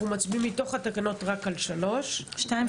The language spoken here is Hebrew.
מתוך התקנות אנחנו מצביעים רק על שלוש תקנות 2,